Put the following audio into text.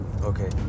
Okay